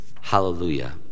Hallelujah